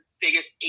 biggest